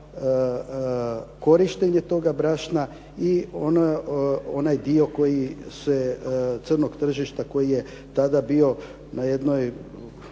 korištenje toga brašna i onaj dio crnog tržišta koji je tada bio na jednoj